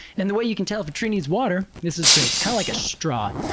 and the way you can tell if a tree needs water this is great it's kind of like a straw,